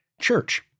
church